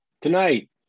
Tonight